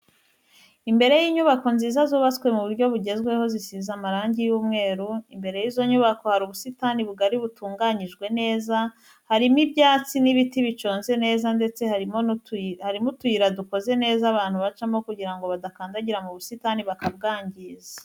Imbere y'inyubako nziza zubatswe mu buryo bugezweho, zisize amarangi y'umweru, imbere y'izo nyubako hari ubusitani bugari butunganyijwe neza, harimo ibyatsi n'ibiti biconze neza ndetse harimo utuyira dukoze neza abantu bacamo kugira ngo badakandagira mu busitani bakabwangiza.